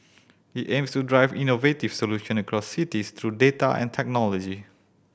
it aims to drive innovative solution across cities through data and technology